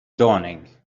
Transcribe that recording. dawning